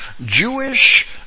Jewish